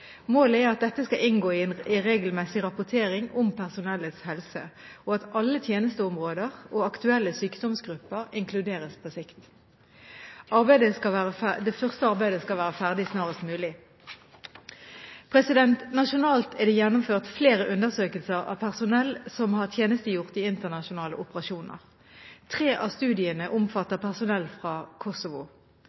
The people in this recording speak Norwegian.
Målet er at dette skal inngå i en regelmessig rapportering om personellets helse, og at alle tjenesteområder og aktuelle sykdomsgrupper inkluderes på sikt. Det første arbeidet skal være ferdig snarest mulig. Nasjonalt er det gjennomført flere undersøkelser av personell som har tjenestegjort i internasjonale operasjoner. Tre av studiene omfatter personell fra Kosovo.